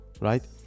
right